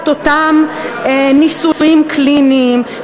אותם ניסויים קליניים,